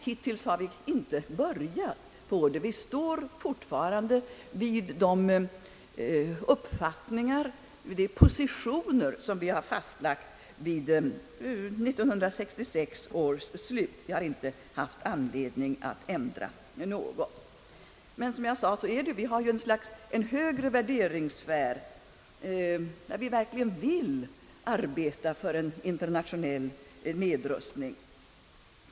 Hittills har vi emellertid inte behövt börja gå den. Vi står kvar vid de positioner vi fastlade vid 1966 års slut. Vi har inte haft anledning att ändra något. Men som jag nyss sade har vi alltid att ta hänsyn till en högre värderingssfär: vi vill verkligen arbeta för en internationell nedrustning.